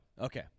Okay